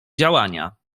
działania